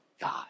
God